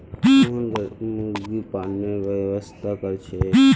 मोहन मुर्गी पालनेर व्यवसाय कर छेक